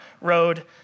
road